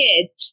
kids